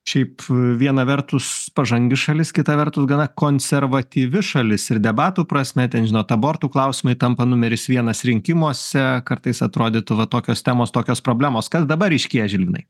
šiaip viena vertus pažangi šalis kita vertus gana konservatyvi šalis ir debatų prasme ten žinot abortų klausimai tampa numeris vienas rinkimuose kartais atrodytų va tokios temos tokios problemos kas dabar ryškėja žilvinai